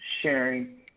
sharing